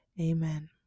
Amen